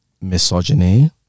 misogyny